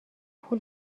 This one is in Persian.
پول